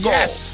Yes